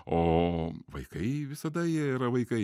o vaikai visada jie yra vaikai